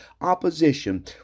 opposition